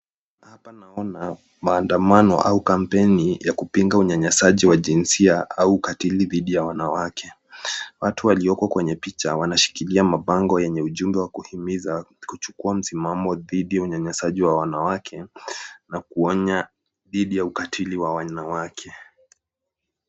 Hapa naona maandamano au kampeni ya kupinga unyanyasaji wa jinsia au ukatili dhidi ya wanawake ,watu walioko kwenye picha wanashikilia mabango yenye ujumbe wa kuhimiza kuchukua msimamo dhidi ya unyanyasaji wa wanawake na kuonya dhidi ya ukatili wa wanawake.